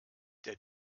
der